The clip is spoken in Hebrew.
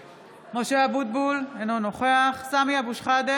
(קוראת בשמות חברי הכנסת) סמי אבו שחאדה,